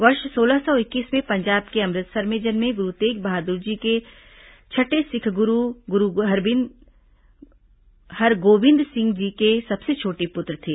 वर्ष सोलह सौ इक्कीस में पंजाब के अमृतसर में जन्मे गुरु तेग बहादुर जी छठें सिख गुरु गुरु हरगोबिंद जी के सबसे छोटे पुत्र थे